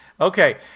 Okay